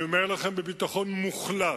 אני אומר לכם בביטחון מוחלט,